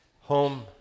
home